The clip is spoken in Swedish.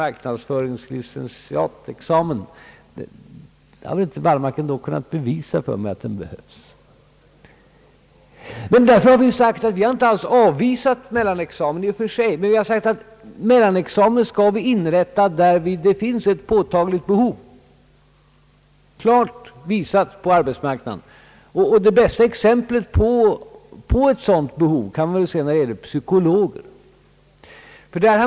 Herr Wallmark har inte kunnat bevisa för mig att det behövs en »mark. lic.», marknadsföringslicentiatexamen. Vi har för den skull inte avvisat mellanexamen i och för sig, men den skall inrättas på områden där det finns ett påtagligt, klart visat behov. Det bästa exemplet på ett sådant behov har vi i fråga om psykologer.